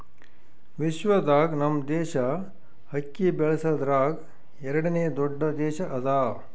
ವಿಶ್ವದಾಗ್ ನಮ್ ದೇಶ ಅಕ್ಕಿ ಬೆಳಸದ್ರಾಗ್ ಎರಡನೇ ದೊಡ್ಡ ದೇಶ ಅದಾ